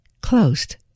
closed